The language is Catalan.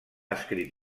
escrit